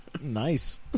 nice